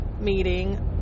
meeting